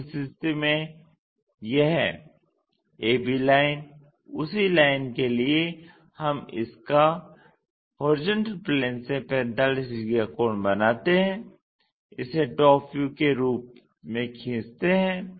उस स्थिति में यह ab लाइन उसी लाइन के लिए हम इसका HP से 45 डिग्री का कोण बनाते हैं इसे टॉप व्यू के रूप में खींचते हैं